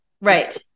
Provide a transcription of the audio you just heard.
right